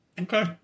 Okay